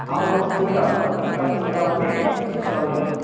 ఆ ఒక ఫుడ్ తప్ప ఫుడ్ తప్ప మిగతావన్నీ సిక్స్ థౌసండ్ మ్యామ్